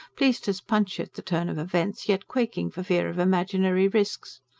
pleased as punch at the turn of events, yet quaking for fear of imaginary risks.